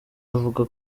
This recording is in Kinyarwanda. avuga